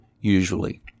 usually